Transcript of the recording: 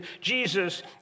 Jesus